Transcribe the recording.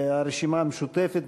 הרשימה המשותפת,